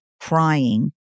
crying